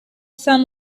some